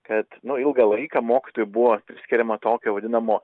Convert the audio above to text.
kad nu ilgą laiką mokytojui buvo skiriama tokio vadinamo